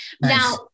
Now